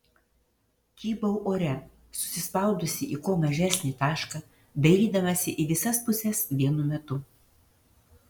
kybau ore susispaudusi į kuo mažesnį tašką dairydamasi į visas puses vienu metu